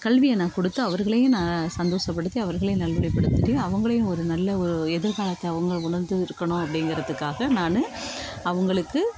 கல்வியை நான் கொடுத்து அவர்களையும் நான் சந்தோஷப்படுத்தி அவர்களையும் நல்வழிப்படுத்திட்டு அவங்களையும் ஒரு நல்ல ஒரு எதிர்காலத்தை அவங்க உணர்ந்து இருக்கணும் அப்படிங்கிறதுக்காக நான் அவங்களுக்கு